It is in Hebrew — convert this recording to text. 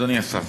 אדוני השר,